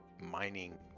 mining